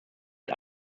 mit